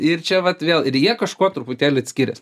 ir čia vat vėl ir jie kažkuo truputėlį skirias